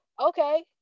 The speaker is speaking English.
okay